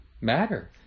matter